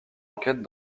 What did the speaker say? enquêtes